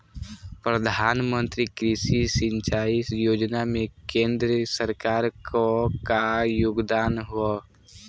प्रधानमंत्री कृषि सिंचाई योजना में केंद्र सरकार क का योगदान ह?